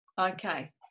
Okay